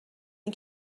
این